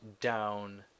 down